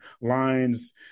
lines